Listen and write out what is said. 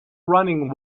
running